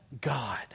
God